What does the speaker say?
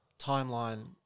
timeline